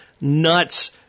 nuts